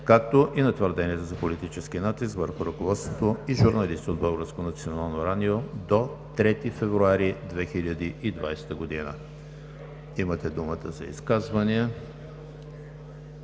както и на твърденията за политически натиск върху ръководството и журналисти от Българското национално радио до 3 февруари 2020 г.“ Имате думата за изказвания.